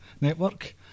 Network